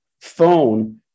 phone